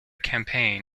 campaign